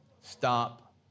Stop